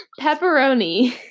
Pepperoni